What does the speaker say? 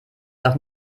doch